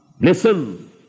Listen